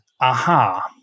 aha